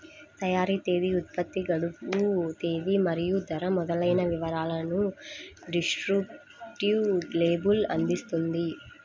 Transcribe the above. తయారీ తేదీ, ఉత్పత్తి గడువు తేదీ మరియు ధర మొదలైన వివరాలను డిస్క్రిప్టివ్ లేబుల్ అందిస్తుంది